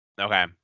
Okay